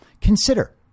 Consider